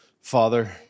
Father